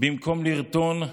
במקום לרטון,